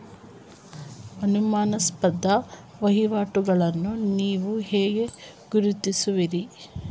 ಅನುಮಾನಾಸ್ಪದ ವಹಿವಾಟುಗಳನ್ನು ನೀವು ಹೇಗೆ ಗುರುತಿಸುತ್ತೀರಿ?